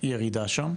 הירידה שם.